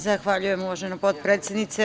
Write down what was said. Zahvaljujem, uvažena potpredsednice.